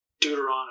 Deuteronomy